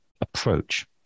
approach